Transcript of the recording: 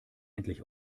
endlich